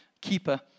keeper